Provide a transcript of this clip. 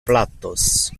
plattos